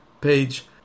page